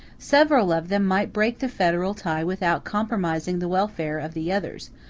several of them might break the federal tie without compromising the welfare of the others,